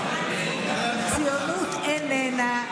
ציונות איננה גזענות.